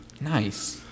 Nice